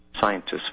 Scientists